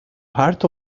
part